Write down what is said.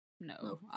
No